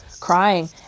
crying